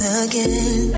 again